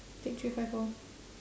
take three five four